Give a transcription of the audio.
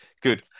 good